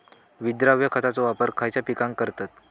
विद्राव्य खताचो वापर खयच्या पिकांका करतत?